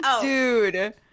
Dude